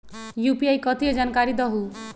UPI कथी है? जानकारी दहु